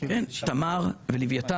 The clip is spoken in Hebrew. יש לנו התקשרות עסקית גם עם תמר וגם עם ליוויתן.